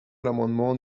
l’amendement